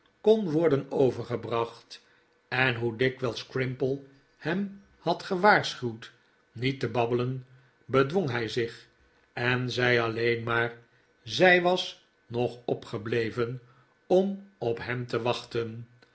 kon worden overgebracht en hoe dikwijls crimple hem had gewaarschuwd niet te babbelen bedwong hij zich en zei alleen maar zij was nog opgebleven om op hem te wachten